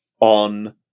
on